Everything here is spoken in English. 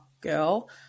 girl